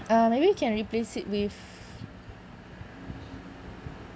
uh maybe you can replace it with